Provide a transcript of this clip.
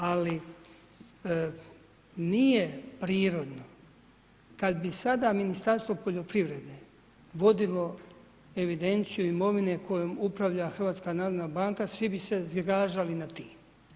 Ali, nije prirodno kada bi sada Ministarstvo poljoprivrede vodilo evidenciju imovine, kojom upravlja HNB svi bi se zgražali nad tim.